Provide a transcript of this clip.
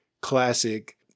classic